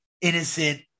innocent